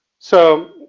so,